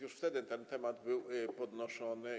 Już wtedy ten temat był podnoszony.